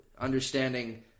understanding